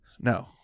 No